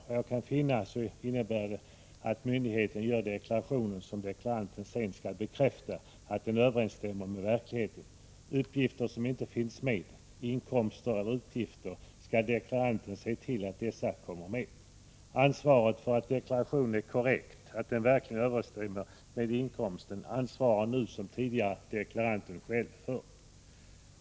Vad jag kan finna innebär det att myndigheten gör deklarationen. Deklaranten skall sedan bekräfta att den överensstämmer 'med verkligheten. Deklaranten skall därvid se till att uppgifter rörande iinkomster och utgifter som saknas kommer med. Ansvaret för att deklaratio Inen är korrekt och överensstämmer med den verkliga inkomsten åligger nu liksom tidigare deklaranten själv.